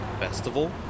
festival